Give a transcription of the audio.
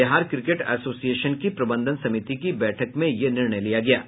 Bihar cricket association की प्रबंधन समिति की बैठक में यह निर्णय लिया गया है